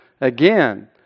again